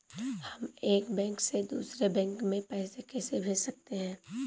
हम एक बैंक से दूसरे बैंक में पैसे कैसे भेज सकते हैं?